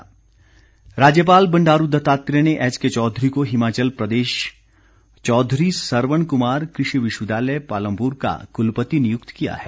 नियुक्ति राज्यपाल बंडारू दत्तात्रेय ने एचके चौधरी को हिमाचल प्रदेश चौधरी सरवण कुमार कृषि विश्वविद्यालय पालमपुर का कुलपति नियुक्त किया है